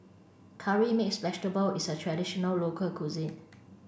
curry mixed vegetable is a traditional local cuisine